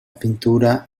pintura